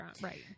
right